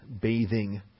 bathing